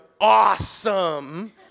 awesome